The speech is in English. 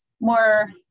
more